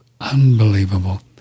unbelievable